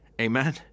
Amen